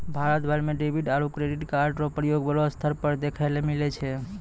भारत भर म डेबिट आरू क्रेडिट कार्डो र प्रयोग बड़ो स्तर पर देखय ल मिलै छै